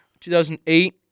2008